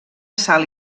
sal